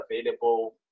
available